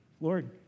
Lord